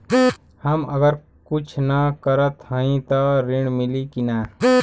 हम अगर कुछ न करत हई त ऋण मिली कि ना?